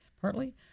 partly